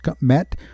met